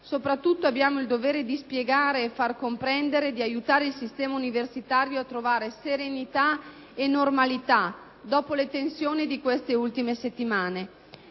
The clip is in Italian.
Soprattutto, abbiamo il dovere di spiegare e far comprendere, di aiutare il sistema universitario a trovare serenità e normalità dopo le tensioni di queste ultime settimane.